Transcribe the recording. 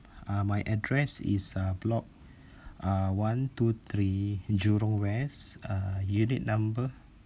uh my address is uh block uh one two three Jurong west uh unit number